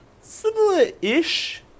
similar-ish